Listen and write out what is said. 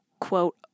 quote